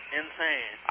insane